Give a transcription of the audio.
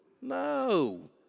no